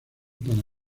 para